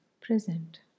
present